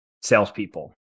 salespeople